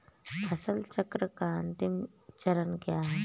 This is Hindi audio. फसल चक्र का अंतिम चरण क्या है?